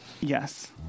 Yes